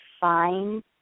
fine